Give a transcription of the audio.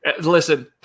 Listen